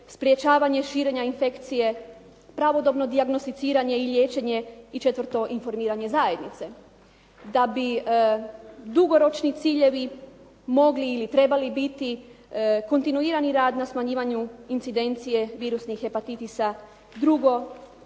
sprječavanje širenja infekcije, pravodobne dijagnosticiranje i liječenje i četvrto, informiranje zajednice. Da bi dugoročni ciljevi mogli ili trebali biti kontinuirani rad na smanjivanju incidencije virusnih hepatitisa, drugo,